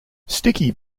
sticky